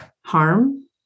harm